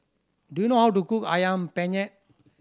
do you know how to cook Ayam Penyet